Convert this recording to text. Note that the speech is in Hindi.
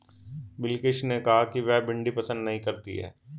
बिलकिश ने कहा कि वह भिंडी पसंद नही करती है